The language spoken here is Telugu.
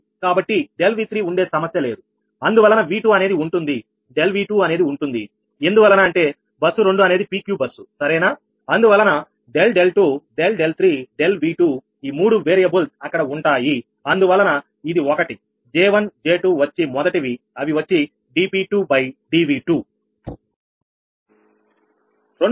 కాబట్టి ∆𝑉3 ఉండే సమస్య లేదు అందువలన V2 అనేది ఉంటుంది ∆𝑉2 అనేది ఉంటుంది ఎందువలన అంటే బస్సు 2 అనేది PQ బస్సు సరేనా అందువలన ∆𝛿2∆𝛿3∆𝑉2 ఈ మూడు వేరియబుల్స్ అక్కడ ఉంటాయి అందువలన ఇది ఒకటి J1 J2 వచ్చి మొదటివి అవి వచ్చి dp2dV2